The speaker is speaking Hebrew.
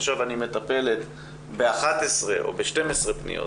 עכשיו הם מטפלים ב-11 או ב-12 פניות,